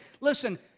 Listen